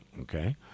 Okay